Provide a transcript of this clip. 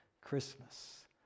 Christmas